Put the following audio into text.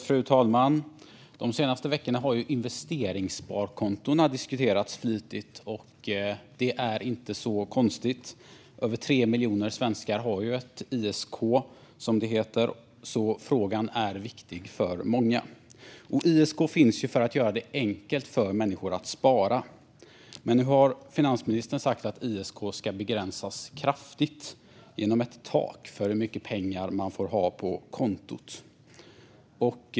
Fru talman! De senaste veckorna har investeringssparkontona diskuterats flitigt. Det är inte så konstigt eftersom över 3 miljoner svenskar har ett ISK. Frågan är alltså viktig för många. Syftet med ISK är att göra det enkelt för människor att spara. Nu har dock finansministern sagt att ISK ska begränsas kraftigt genom ett tak för hur mycket pengar man får ha på kontot.